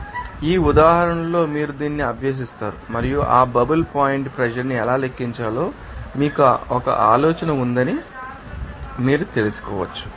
కాబట్టి ఈ ఉదాహరణలో మీరు దీన్ని అభ్యసిస్తారు మరియు ఆ బబుల్ పాయింట్ ప్రెషర్ ని ఎలా లెక్కించాలో మీకు ఒక ఆలోచన ఉందని మీరు తెలుసుకోవచ్చు